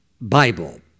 Bible